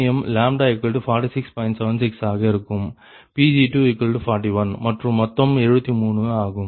76 காக Pg241 மற்றும் மொத்தம் 73 ஆகும்